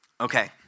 Okay